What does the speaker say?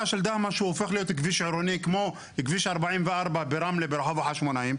של דהמש הוא הופך להיות כביש עירוני כמו כביש 44 ברמלה ברחוב החשמונאים.